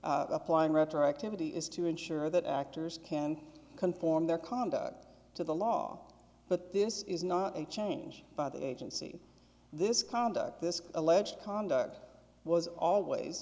applying retroactivity is to ensure that actors can conform their conduct to the law but this is not a change by the agency this conduct this alleged conduct was always